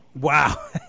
Wow